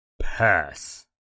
Pass